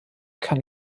kann